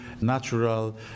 natural